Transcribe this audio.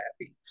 happy